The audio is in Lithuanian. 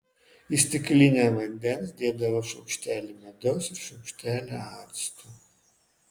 į stiklinę vandens dėdavau šaukštelį medaus ir šaukštelį acto